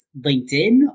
LinkedIn